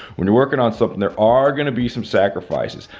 when you're working on something there are going to be some sacrifices.